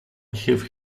have